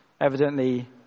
Evidently